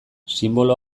sinbolo